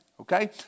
okay